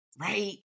right